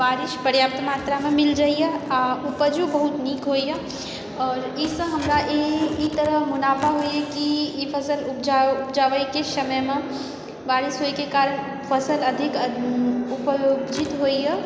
बारिश पर्याप्त मात्रामे मिल जाइत यऽ आ उपजो बहुत नीक होइया और ई सँ हमरा ई ई तरह मुनाफा होइया कि ई फसल उपजाबैके समयमे बारिश होइके कारण फसल अधिक उपजैत होइया